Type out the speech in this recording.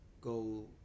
go